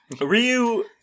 Ryu